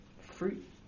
fruit